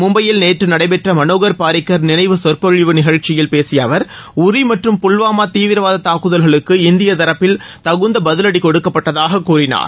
மும்பையில் நேற்று நடைபெற்ற மனோகர் பாரிக்கர் நினைவு சொற்பொழிவு நிகழ்ச்சியில் பேசிய அவர் உரி மற்றும் புல்வாமா தீவிரவாத தாக்குதல்களுக்கு இந்திய தரப்பில் தகுந்த பதிலடி கொடுக்கப்பட்டதாகக் கூறினார்